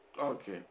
Okay